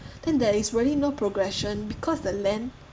then there is really no progression because the land